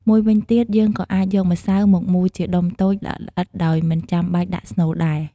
មួយវិញទៀត យើងក៏អាចយកម្សៅមកមូលជាដុំតូច ល្អិតៗ ដោយមិនចាំបាច់ដាក់ស្នូលដែរ។